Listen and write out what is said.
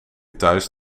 thuis